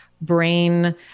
brain